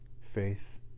faith